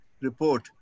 report